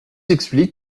expliquent